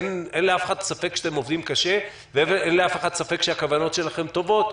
אין לאף אחד ספק שאתם עובדים קשה ואין לאף אחד ספק שהכוונות שלכם טובות,